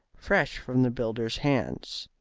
fresh from the builders' hands.